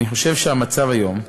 אני חושב שהמצב היום,